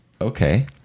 Okay